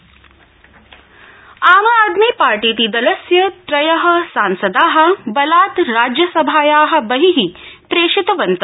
आमआदमीपार्टीतिदलम् Aam Aadmi पार्टीति लस्य त्रय सांस ा बलात् राज्यसभाया बहि प्रेषितवन्त